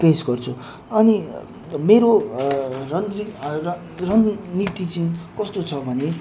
पेस गर्छु अनि मेरो रणनीति चाहिँ कस्तो छ भने